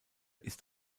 ist